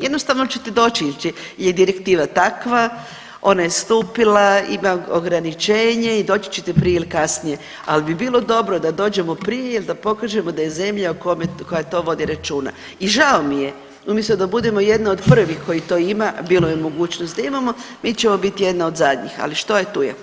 jednostavno ćete doći jer je direktiva takva, ona je stupila, ima ograničenje i doći ćete prije ili kasnije, al bi bilo dobro da dođemo prije jel da pokažemo da je zemlja koja to vodi računa i žao mi je umjesto da budemo jedna od prvih koji to ima, bilo je mogućnosti da imamo, mi ćemo bit jedna od zadnjih, ali što je tu je.